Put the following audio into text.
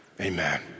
amen